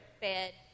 bed